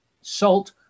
Salt